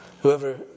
whoever